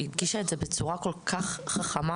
היא הדגישה את זה בצורה כל כך חכמה